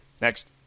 Next